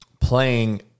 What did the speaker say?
playing